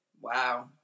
Wow